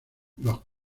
los